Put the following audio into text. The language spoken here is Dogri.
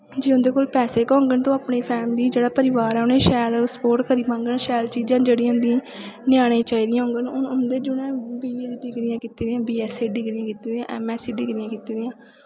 जे उंदे कोल पैसे गै होङन ते ओह् अपनी फैमली जेह्ड़ा परिवार ऐ उ'नेंगी शैल सपोर्ट करी पाङन शैल चीजां जेह्ड़ियां उंदियां ञ्यानें गी चाहिदियां होङन जिन्ने बी ए दियां डिग्रियां कीती दियां बी ऐस सी डिग्रियां कीती दियां ऐम ऐस सी डिग्रियां कीती दियां